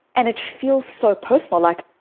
and it feels so personal. like,